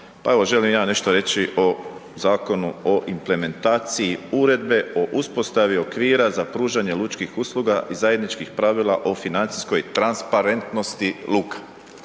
želim ja nešto reći o Zakonu o implementaciji Uredbe o uspostavi okvira za pružanje lučkih usluga i zajedničkih pravila o financijskoj transparentnosti luka.